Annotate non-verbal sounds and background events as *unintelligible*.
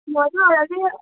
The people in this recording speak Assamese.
*unintelligible*